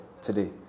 today